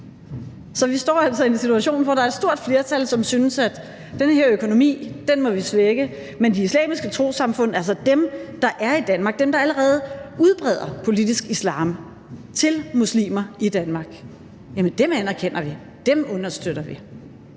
Så vi står altså i en situation, hvor der er stort flertal, som synes, at den her økonomi må vi svække, men de islamiske trossamfund – altså dem, der er i Danmark, dem, der allerede udbreder politisk islam til muslimer i Danmark – anerkender vi; dem understøtter vi.